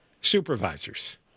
supervisors